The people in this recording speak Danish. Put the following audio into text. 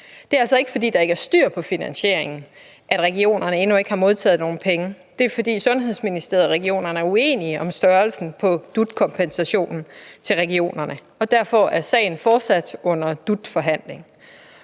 Det er altså ikke, fordi der ikke er styr på finansieringen, at regionerne endnu ikke har modtaget nogen penge. Det er, fordi Sundhedsministeriet og regionerne er uenige om størrelsen på DUT-kompensationen til regionerne. Derfor er sagen fortsat under DUT-forhandling.